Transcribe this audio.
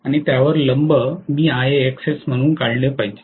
आणि त्यावरील लंब मी IaXs म्हणून काढले पाहिजे